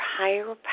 higher